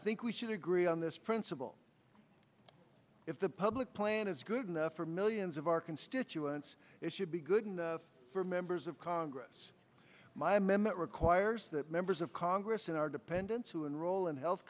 think we should agree on this principle if the public plan is good enough for millions of our constituents it should be good enough for members of congress my memory requires that members of congress and our dependents who enroll in health